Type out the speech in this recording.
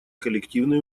коллективные